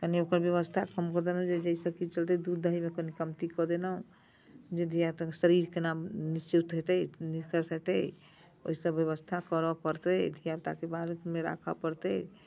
कनी ओकर व्यवस्था कम कऽ देलहुँ जे छै से कि चलते दूध दहीमे कनी कमती कऽ देलहुँ जे धिया पूताके शरीर केना निश्चित हेतै हेतै ओहिसभ व्यवस्था करय पड़तै धिया पूताके बारेमे राखय पड़तै